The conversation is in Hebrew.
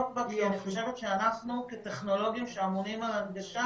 בה כי אני חושבת שאנחנו כטכנולוגים שאמונים על הנגשה